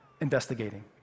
investigating